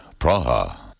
Praha